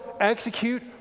execute